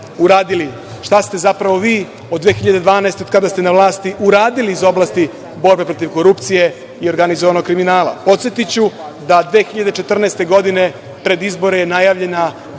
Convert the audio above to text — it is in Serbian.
šta ste zapravo vi od 2012. godine, kada ste na vlasti, uradili iz oblasti borbe protiv korupcije i organizovanog kriminala. Podsetiću da 2014. godine, pred izbore, je najavljena